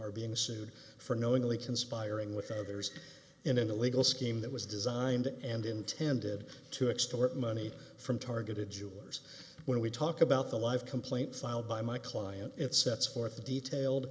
are being sued for knowingly conspiring with others in an illegal scheme that was designed and intended to extort money from targeted u s when we talk about the life complaint filed by my client it sets forth the detailed